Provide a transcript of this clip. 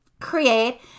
create